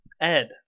Ed